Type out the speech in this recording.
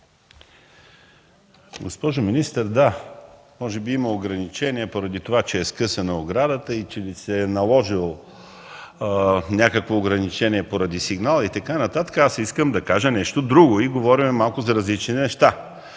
Госпожо министър, да, може би има ограничения, поради това че е скъсана оградата или че се е наложило ограничение поради сигнал и така нататък. Аз обаче искам да кажа нещо друго, говорим за различни неща.